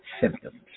symptoms